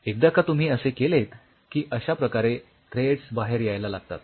एकदा का तुम्ही असे केलेत की अश्या प्रकारे थ्रेडस बाहेर यायला लागतात